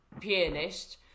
pianist